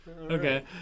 Okay